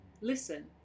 listen